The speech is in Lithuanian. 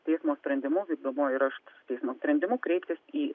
teismo sprendimu vykdomuoju raštu teismo sprendimu kreiptis į